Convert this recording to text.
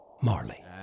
Marley